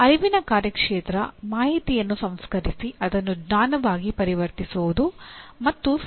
ಅರಿವಿನ ಕಾರ್ಯಕ್ಷೇತ್ರ ಮಾಹಿತಿಯನ್ನು ಸಂಸ್ಕರಿಸಿ ಅದನ್ನು ಜ್ಞಾನವಾಗಿ ಪರಿವರ್ತಿಸುವುದು ಮತ್ತು ಸಮಸ್ಯೆಗಳನ್ನು ಪರಿಹರಿಸುವುದು